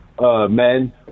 men